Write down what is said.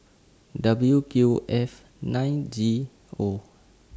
W Q F nine G O